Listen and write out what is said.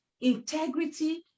integrity